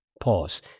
Pause